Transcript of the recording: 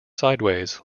sideways